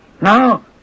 Now